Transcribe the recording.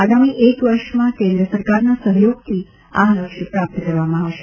આગામી એક વર્ષમાં કેન્દ્ર સરકારના સહયોગથી આ લક્ષ્ય પ્રાપ્ત કરવામાં આવશે